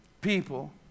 people